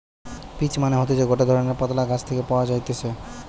peach মানে হতিছে গটে ধরণের পাতলা গাছ থেকে পাওয়া যাইতেছে